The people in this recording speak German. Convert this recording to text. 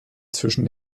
zwischen